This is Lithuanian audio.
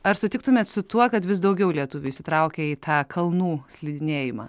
ar sutiktumėt su tuo kad vis daugiau lietuvių įsitraukia į tą kalnų slidinėjimą